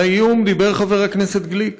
על האיום דיבר חבר הכנסת גליק.